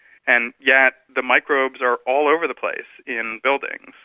and yet the microbes are all over the place in buildings.